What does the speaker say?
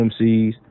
MCs